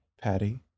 Patty